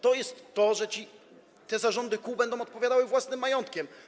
To jest tak, że te zarządy kół będą odpowiadały własnym majątkiem.